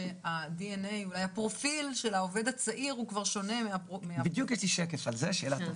זה שהפרופיל של העובד הצעיר הוא שונה מהפרופיל של העובד המבוגר יותר.